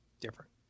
different